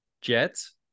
Jets